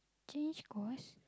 change course